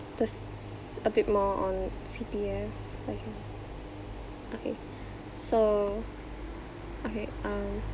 first a bit more on C_P_F okay okay so okay um